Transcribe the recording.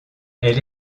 elle